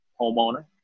homeowner